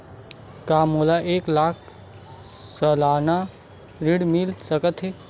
का मोला एक लाख सालाना ऋण मिल सकथे?